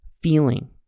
feeling